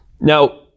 Now